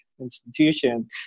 institution